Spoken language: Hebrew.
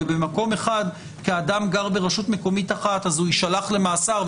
ובמקום אחד אדם שגר ברשות מקומית אחת יישלח למאסר,